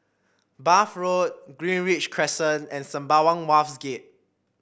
Bath Road Greenridge Crescent and Sembawang Wharves Gate